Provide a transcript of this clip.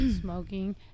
smoking